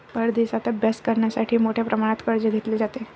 परदेशात अभ्यास करण्यासाठी मोठ्या प्रमाणात कर्ज घेतले जाते